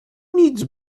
needs